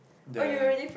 the